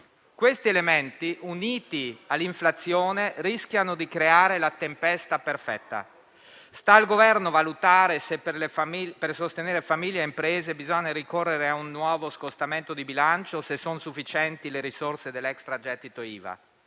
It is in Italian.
Questi elementi, uniti all'inflazione, rischiano di creare la tempesta perfetta. Sta al Governo valutare se, per sostenere famiglie e imprese, bisogna ricorrere a un nuovo scostamento di bilancio o se sono sufficienti le risorse dell'extragettito IVA.